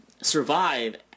survive